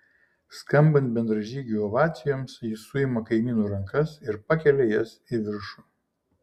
skambant bendražygių ovacijoms jis suima kaimynų rankas ir pakelia jas į viršų